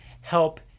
help